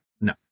no